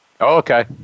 okay